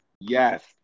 Yes